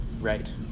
Right